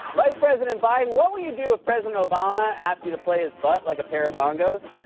vice president biden, what will you do if president obama asks you to play his butt like a pair of bongos?